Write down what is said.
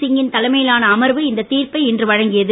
சிங்கின் தலைமையிலான அமர்வு இந்த தீர்ப்பை இன்று வழங்கியது